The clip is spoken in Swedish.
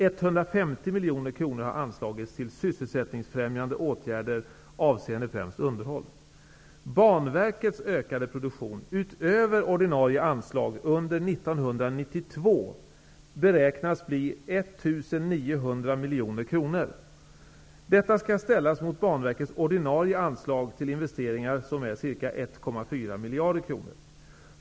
150 mkr har anslagits till sysselsättningsfrämjande åtgärder avseende främst underhåll. Banverkets ökade produktion utöver ordinarie anslag under 1992 beräknas bli 1,9 mdkr. Detta skall ställas mot Banverkets ordinarie anslag till investeringar som är ca 1,4 mdkr.